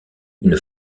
une